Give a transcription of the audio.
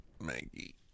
Maggie